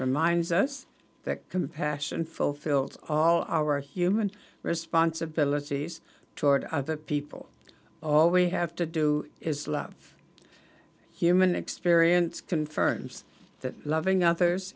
reminds us that compassion fulfilled all our human responsibilities toward other people all we have to do is love human experience confirms that loving others